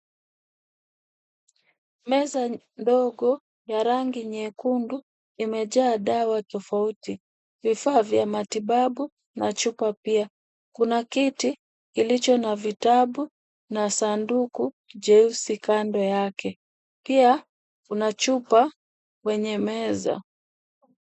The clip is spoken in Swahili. Meza ndogo ya rangi nyekundu imejaa dawa tofauti, vifaa vya matibabu na chupa. Pia kuna kiti kilicho na vitabu na sanduku jeusi kando yake. Pia kuna chupa kwenye meza.